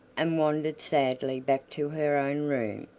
and wandered sadly back to her own room.